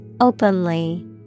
Openly